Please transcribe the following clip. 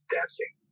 dancing